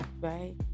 right